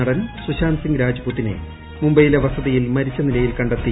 ബോളിവുഡ് നടൻ സുശാന്ത് സിംഗ് രാജ് പുതിനെ മുംബൈയിലെ വസതിയിൽ മരിച്ച നിലയിൽ കണ്ടെത്തി